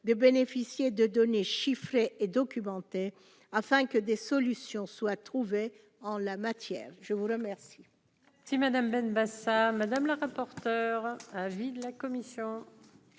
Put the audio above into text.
de bénéficier de données chiffrées et documenté, afin que des solutions soient trouvées en la matière, je vous remercie. Si Madame Benbassa Madame la rapporteure, avis de la commission,